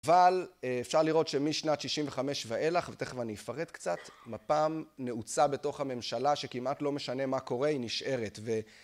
אבל אפשר לראות שמשנת שישים וחמש ואילך, ותכף אני אפרט קצת, מפ"ם נעוצה בתוך הממשלה שכמעט לא משנה מה קורה היא נשארת